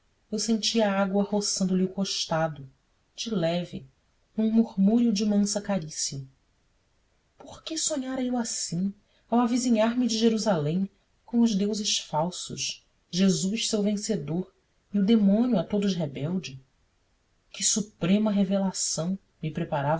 eu sentia a água roçando lhe o costado de leve num murmúrio de mansa carícia por que sonhara eu assim ao avizinhar me de jerusalém com os deuses falsos jesus seu vencedor e o demônio a todos rebelde que suprema revelação me preparava